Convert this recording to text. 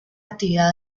actividad